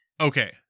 Okay